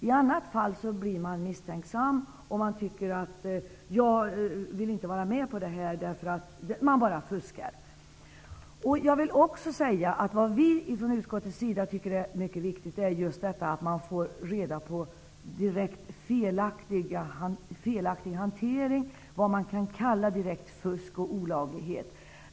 I annat fall blir man misstänksam och tycker att man inte vill vara med och betala det här, därför att man bara fuskar. Från utskottets sida tycker vi att det är mycket viktigt att få reda på direkt felaktig hantering och, vad man kan kalla, direkt fusk och olaglighet.